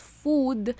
food